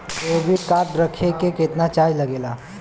Debit card रखे के केतना चार्ज लगेला?